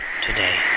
today